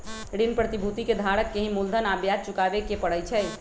ऋण प्रतिभूति के धारक के ही मूलधन आ ब्याज चुकावे के परई छई